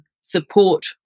support